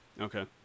Okay